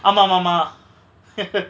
ஆமா மாமா:aama mama